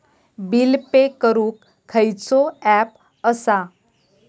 Bill pay करूक खैचो app असा?